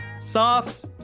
soft